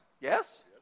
Yes